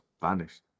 vanished